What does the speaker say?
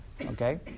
okay